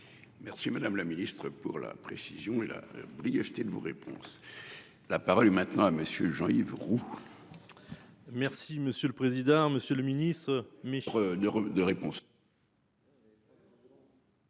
Merci madame la ministre pour la précision et la brièveté de vos réponses. La parole est maintenant à monsieur Jean-Yves Roux.-- Merci monsieur le président, Monsieur le Ministre.